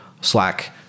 Slack